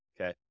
Okay